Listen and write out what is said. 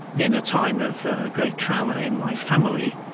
in a time of great trauma in my family,